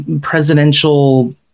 presidential